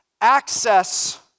access